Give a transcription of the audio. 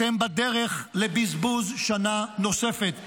אתם בדרך לבזבוז שנה נוספת,